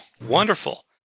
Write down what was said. Wonderful